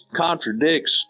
contradicts